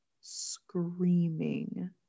screaming